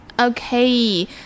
Okay